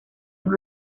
los